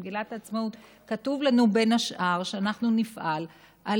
במגילת העצמאות כתוב לנו בין השאר שאנחנו נפעל על